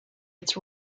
its